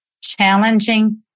challenging